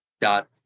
dot